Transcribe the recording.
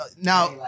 Now